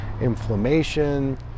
inflammation